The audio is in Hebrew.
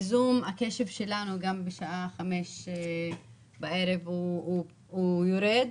הקשב שלנו בשעה 5:00 בערב יורד.